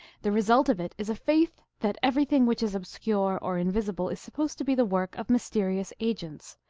the result of it is a faith that everything which is obscure or invisible is supposed to be the work of mysterious agents,